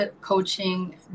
coaching